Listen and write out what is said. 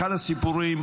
אחד הסיפורים,